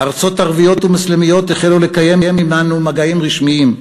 ארצות ערביות ומוסלמיות החלו לקיים עמנו מגעים רשמיים.